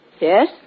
Yes